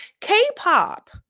K-pop